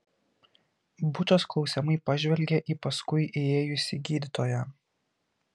bučas klausiamai pažvelgė į paskui įėjusį gydytoją